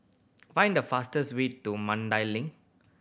find the fastest way to Mandai Link